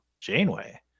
Janeway